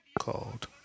called